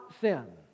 sin